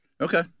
Okay